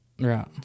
right